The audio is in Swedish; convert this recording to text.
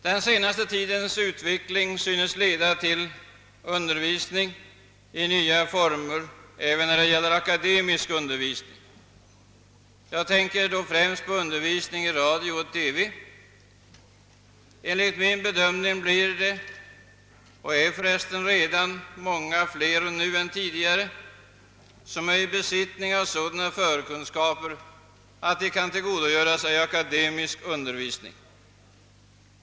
Den senaste tidens utveckling synes leda till nya former även för den akademiska undervisningen. Jag tänker därvid främst på undervisning i radio och TV. Enligt min bedömning blir många — de är redan betydligt fler än tidigare — i besittning av sådana förkunskaper att de kan tillgodogöra sig akademisk undervisning.